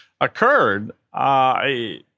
occurred